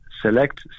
select